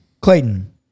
Clayton